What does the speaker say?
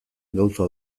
gauza